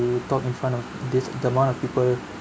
talk in front of this the amount of people